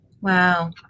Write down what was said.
Wow